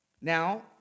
now